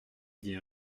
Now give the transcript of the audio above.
dit